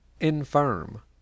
infirm